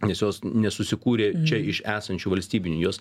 nes jos nesusikūrė čia iš esančių valstybinių jos